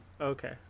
Okay